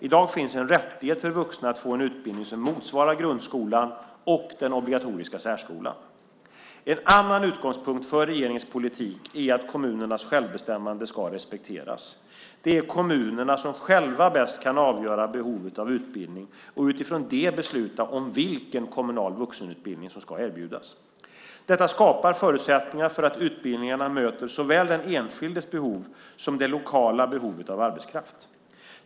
I dag finns en rättighet för vuxna att få en utbildning som motsvarar grundskolan och den obligatoriska särskolan. En annan utgångspunkt för regeringens politik är att kommunernas självbestämmande ska respekteras. Det är kommunerna som själva bäst kan avgöra behovet av utbildning och utifrån det besluta om vilken kommunal vuxenutbildning, komvux, som ska erbjudas. Detta skapar förutsättningar för att utbildningarna möter såväl den enskildes behov som det lokala behovet av arbetskraft.